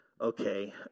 Okay